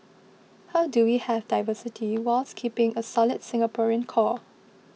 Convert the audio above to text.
how do we have diversity whilst keeping a solid Singaporean core